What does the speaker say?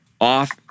off